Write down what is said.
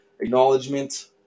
acknowledgement